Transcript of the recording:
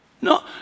No